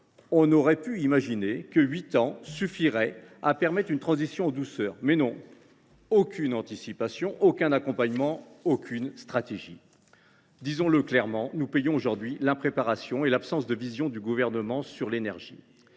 On aurait pu imaginer que huit ans suffiraient pour assurer une transition en douceur, mais non : aucune anticipation, aucun accompagnement, aucune stratégie. Disons le clairement, nous payons aujourd’hui l’impréparation et l’absence de vision du Gouvernement sur l’énergie.